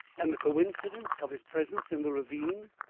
and the coincidence of his presence in the ravine?